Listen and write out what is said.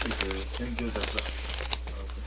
ٹھیک ہے thank you doctor okay